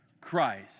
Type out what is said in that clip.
Christ